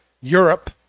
Europe